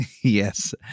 Yes